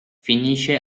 finisce